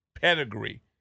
pedigree